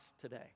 today